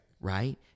right